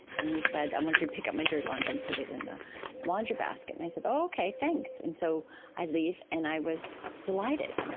and he said, i want you to pick up my dirty laundry and put it in the laundry basket. and i said, okay, thanks. and so i leave, and i was delighted.